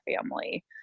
family